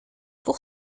pour